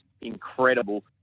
incredible